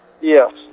Yes